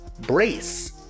Brace